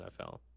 NFL